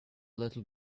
little